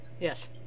Yes